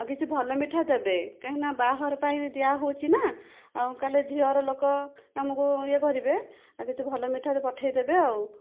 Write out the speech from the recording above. ଆଉ କିଛି ଭଲ ମିଠା ଦେବେ କାହିଁକିନା ବାହାଘର ପାଇଁ ଦିଆହଉଛି ନା ଆଉ କାଲେ ଝିଅଘର ଲୋକ ଆମକୁ ଇଏ କରିବେ ଆଉ କିଛି ଭଲ ମିଠା ପଠେଇ ଦେବେ ଆଉ